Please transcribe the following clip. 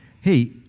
hey